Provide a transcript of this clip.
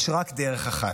יש רק דרך אחת,